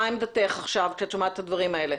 מה עמדתך עכשיו כשאת שומעת את הדברים האלה?